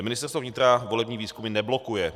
Ministerstvo vnitra volební výzkumy neblokuje.